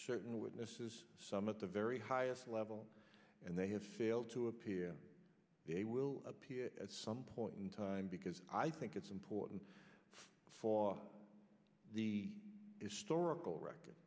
certain witnesses some at the very highest level and they have failed to appear they will appear at some point in time because i think it's important for the historical record